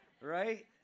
Right